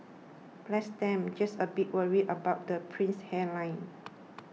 bless them just a bit worried about the prince's hairline